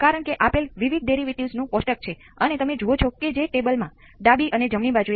આ capacitor voltage Vc ની દ્રષ્ટિએ વિભેદક સમીકરણ શું હતું